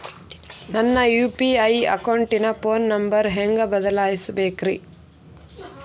ನನ್ನ ಯು.ಪಿ.ಐ ಅಕೌಂಟಿನ phone number ಹೆಂಗ್ ಬದಲಾಯಿಸ ಬೇಕ್ರಿ?